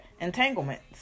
Entanglements